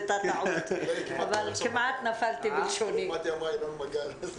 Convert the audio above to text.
אבל למגזר השלישי יש אולי שני ייחודים שצריך להדגיש אותם בדיון הזה: